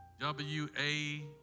W-A